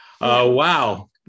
Wow